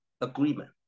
agreement